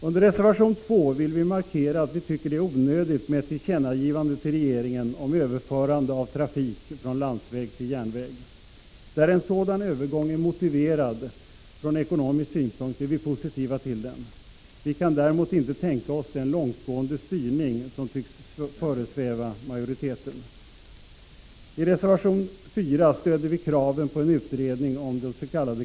Under reservation 2 vill vi markera att vi tycker det är onödigt med ett tillkännagivande till regeringen om överförande av trafik från landsväg till järnväg. Där en sådan övergång är motiverad från ekonomisk synpunkt är vi positiva till den. Vi kan däremot inte tänka oss den långtgående styrning som tycks föresväva majoriteten. I reservation 4 stöder vi kraven på en utredning om des.k.